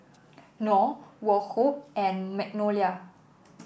Knorr Woh Hup and Magnolia